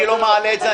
אני לא מעלה את זה.